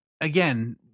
again